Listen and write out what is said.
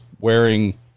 wearing